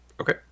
Okay